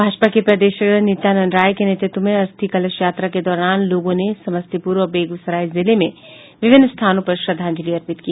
भाजपा के प्रदेश अध्यक्ष नित्यानंद राय के नेतृत्व में अस्थि कलश यात्रा के दौरान लोगों ने समस्तीपुर और बेगूसराय जिले में विभिन्न स्थानों पर श्रद्धांजलि अर्पित की